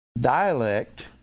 dialect